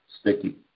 sticky